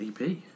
EP